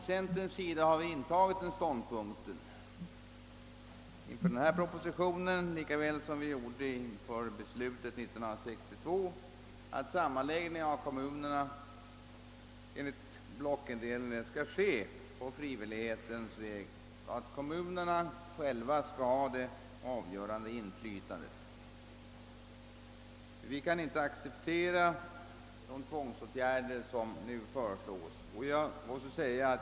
Centern har intagit den ståndpunkten inför propositionen, lika väl som vi gjorde inför beslutet 1962, att sammanläggning av kommuner enligt blockindelningen skall ske på frivillighetens väg och att kommunerna själva skall ha det avgörande inflytandet. Vi kan inte acceptera de tvångsåtgärder som nu föreslås.